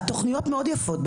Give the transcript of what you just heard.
התוכניות מאוד יפות.